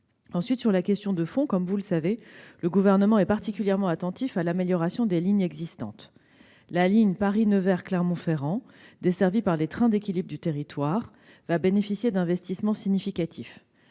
Ensuite, comme vous le savez, le Gouvernement est particulièrement attentif à l'amélioration des lignes existantes. La ligne Paris-Nevers-Clermont-Ferrand desservie par les trains d'équilibre du territoire, les TET, va bénéficier d'investissements significatifs.